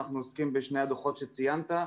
אנחנו עוסקים בשני הדוחות שציינת,